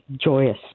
joyous